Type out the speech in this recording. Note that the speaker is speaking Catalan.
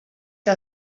que